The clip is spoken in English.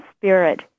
spirit